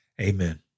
Amen